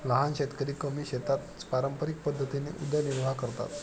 लहान शेतकरी कमी शेतात पारंपरिक पद्धतीने उदरनिर्वाह करतात